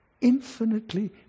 infinitely